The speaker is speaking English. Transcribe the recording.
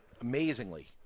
Amazingly